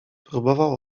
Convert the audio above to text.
próbował